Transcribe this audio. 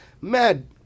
mad